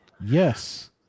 Yes